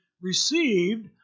received